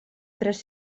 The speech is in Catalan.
tres